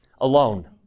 alone